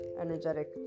energetic